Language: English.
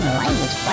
language